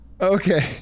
okay